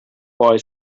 boy